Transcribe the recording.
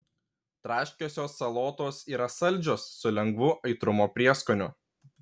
traškiosios salotos yra saldžios su lengvu aitrumo prieskoniu